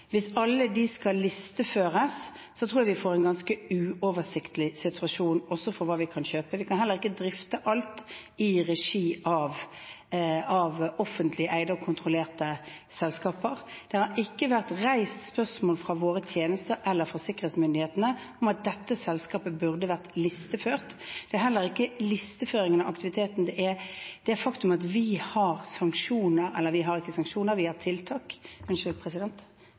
Hvis alle de skal listeføres, tror jeg vi får en ganske uoversiktlig situasjon også for hva vi kan kjøpe. Vi kan heller ikke drifte alt i regi av offentlig eide og kontrollerte selskaper. Det har ikke vært reist spørsmål fra våre tjenester eller fra sikkerhetsmyndighetene om at dette selskapet burde vært listeført. Det er heller ikke listeføringen av aktiviteten, men det faktum at vi har sanksjoner – eller vi har ikke sanksjoner, vi har tiltak – unnskyld,